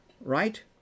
right